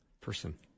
person